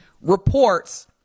reports